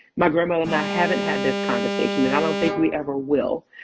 my grandma and i haven't had this conversation, and i don't think we ever will.